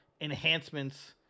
enhancements